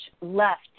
left